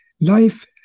Life